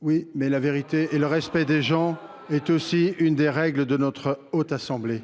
oui mais la vérité et le respect des gens est aussi une des règles de notre haute assemblée,